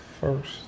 first